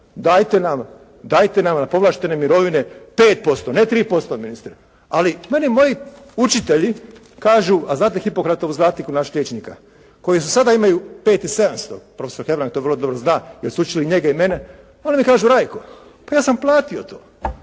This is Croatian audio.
dajte nam na povlaštene mirovine 5%, ne 3% ministre. Ali meni moji učitelji kažu, a znate Hipokratovu zakletvu naših liječnika koji za sada imaju 5 i 700. Profesor Hebrang to vrlo dobro zna jer su učili njega i mene. Oni mi kažu: «Rajko, pa ja sam platio to.